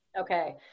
Okay